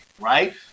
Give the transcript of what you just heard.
Right